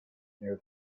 near